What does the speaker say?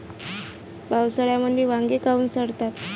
पावसाळ्यामंदी वांगे काऊन सडतात?